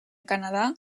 canadà